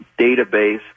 database